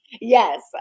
Yes